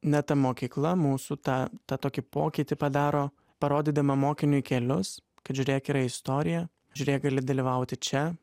ne ta mokykla mūsų tą tą tokį pokytį padaro parodydama mokiniui kelius kad žiūrėk yra istorija žiūrėk gali dalyvauti čia